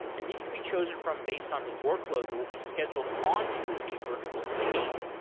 and these can be chosen from based on the workload that will be scheduled on to a virtual machine.